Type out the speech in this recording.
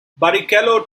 barrichello